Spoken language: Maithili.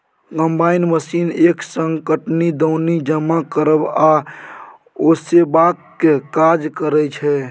कंबाइन मशीन एक संग कटनी, दौनी, जमा करब आ ओसेबाक काज करय छै